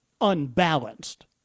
unbalanced